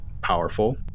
powerful